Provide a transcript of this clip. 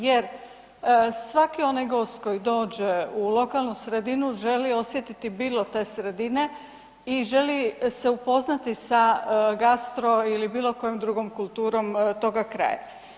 Jer svaki onaj gost koji dođe u lokalnu sredinu želi osjetiti bilo te sredine i želi se upoznati sa gastro ili bilo kojom drugom kulturom toga kraja.